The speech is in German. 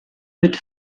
mit